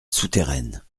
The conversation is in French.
souterraine